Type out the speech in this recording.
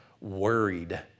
worried